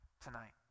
tonight